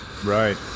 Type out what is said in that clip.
right